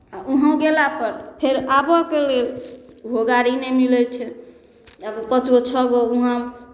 आ उहोँ गेलापर फेर आबयके लेल ओहो गाड़ी नहि मिलै छै आब पाँच गो छओ गो उहाँ